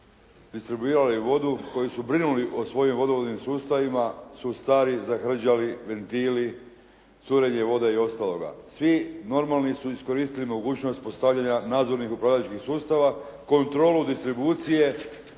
pravilno distribuirali vodu, koji su brinuli o svojim vodovodnim sustavima su stari, zahrđali ventili, curenje vode i ostaloga. Svi normalni su iskoristili mogućnost postavljanja nadzornih upravljačkih sustava, kontrolu distribucije,